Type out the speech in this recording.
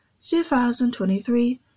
2023